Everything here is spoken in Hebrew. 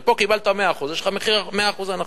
ופה קיבלת 100%. יש לך 100% הנחה.